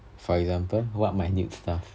for example what minute stuff